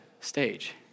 stage